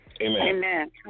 Amen